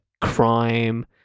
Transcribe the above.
crime